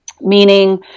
Meaning